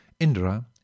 Indra